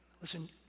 Listen